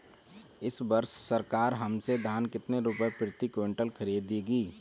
इस वर्ष सरकार हमसे धान कितने रुपए प्रति क्विंटल खरीदेगी?